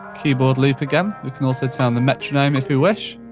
keyboard loop again. we can also turn on the metronome if we wish.